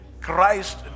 Christ